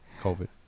COVID